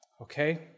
Okay